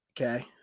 Okay